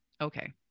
okay